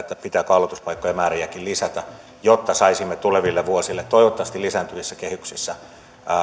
pitääkö aloituspaikkojen määriäkin lisätä jotta saisimme tuleville vuosille toivottavasti lisääntyvissä kehyksissä